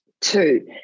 Two